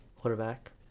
quarterback